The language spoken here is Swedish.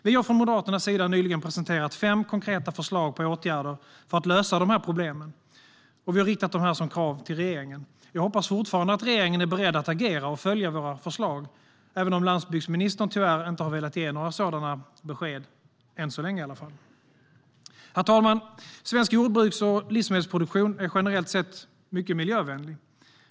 Vi har från Moderaternas sida nyligen presenterat fem konkreta förslag på åtgärder för att lösa problemen, och vi har riktat dessa som krav till regeringen. Jag hoppas fortfarande att regeringen är beredd att agera och följa våra förslag, även om landsbygdsministern tyvärr inte har velat ge några sådana besked än så länge, i alla fall. Herr talman! Svensk jordbruks och livsmedelsproduktion är generellt sett mycket miljövänlig.